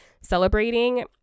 celebrating